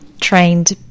trained